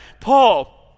Paul